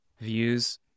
views